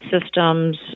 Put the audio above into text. systems